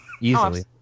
easily